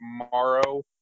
tomorrow